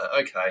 okay